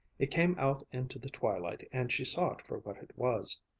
it came out into the twilight and she saw it for what it was.